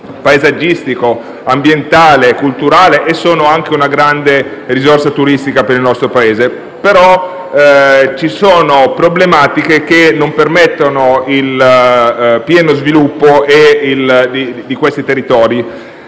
paesaggistico, ambientale, culturale, e sono anche una grande risorsa turistica per il nostro Paese. Però ci sono alcune difficoltà che non permettono il pieno sviluppo di questi territori.